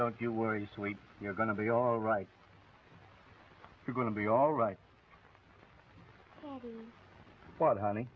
don't you worry sweet you're going to be all right we're going to be all right but honey